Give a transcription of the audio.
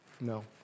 No